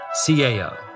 CaO